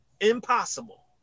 Impossible